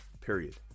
period